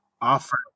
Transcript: offer